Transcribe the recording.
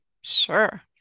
Sure